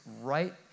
right